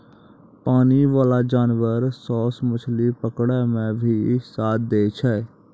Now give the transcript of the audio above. पानी बाला जानवर सोस मछली पकड़ै मे भी साथ दै छै